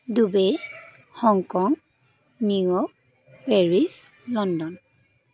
Dubai Hong Kong New York Paris London